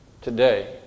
today